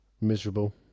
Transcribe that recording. Miserable